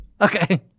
Okay